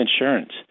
insurance